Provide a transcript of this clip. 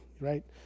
right